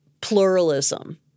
pluralism